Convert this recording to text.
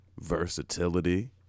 versatility